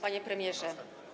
Panie Premierze!